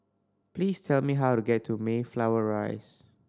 please tell me how to get to Mayflower Rise